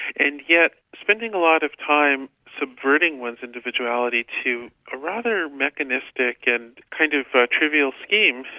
and yet spending a lot of time subverting one's individuality to a rather mechanistic and kind of trivial scheme,